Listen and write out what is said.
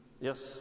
Yes